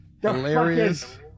Hilarious